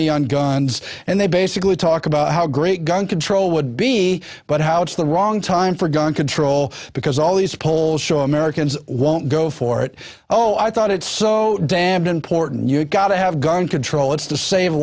romney on guns and they basically talk about how great gun control would be but how it's the wrong time for gun control because all these polls show americans won't go for it oh i thought it's so damned important you got to have gun control it's to save